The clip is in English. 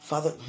Father